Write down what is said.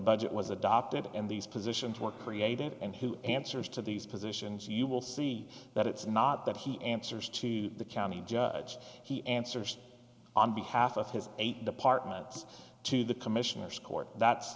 budget was adopted and these positions were created and who answers to these positions you will see that it's not that he answers to the county judge he answers on behalf of his eight departments to the commissioners court that's